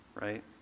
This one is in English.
Right